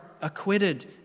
acquitted